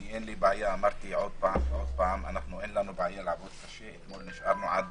אין לנו בעיה לעבוד קשה, אתמול נשארנו עד